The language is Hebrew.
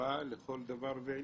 חקירה לכל דבר ועניין.